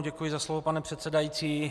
Děkuji za slovo, pane předsedající.